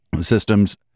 systems